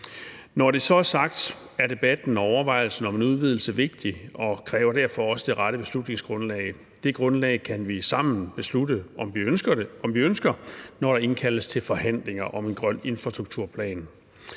Når det så er sagt, er debatten og overvejelsen om en udvidelse vigtig og kræver derfor også det rette beslutningsgrundlag. Det grundlag kan vi sammen beslutte om vi ønsker, når der indkaldes til forhandlinger om en grøn infrastrukturplan.